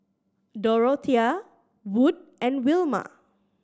Dorothea Wood and Wilma